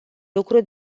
lucru